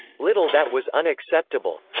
little that was unacceptable.